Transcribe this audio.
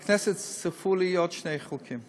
הכנסת, צירפו לי עוד שני חוקים.